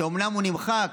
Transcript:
שאומנם הוא נמחק,